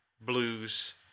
blues